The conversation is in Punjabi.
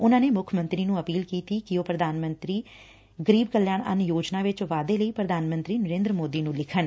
ਉਨਾਂ ਨੇ ਮੁੱਖ ਮੰਤਰੀ ਨੂੰ ਅਪੀਲ ਕੀਤੀ ਕਿ ਉਹ ਪ੍ਰਧਾਨ ਮੰਤਰੀ ਗਰੀਬ ਕਲਿਆਣ ਅੰਨ ਯੋਜਨਾ ਵਿਚ ਵਾਧੇ ਲਈ ਪ੍ਰਧਾਨ ਮੰਤਰੀ ਨਰੇ ਦਰ ਮੋਦੀ ਨੁੰ ਲਿਖਣ